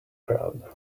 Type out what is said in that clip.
crowd